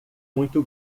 muito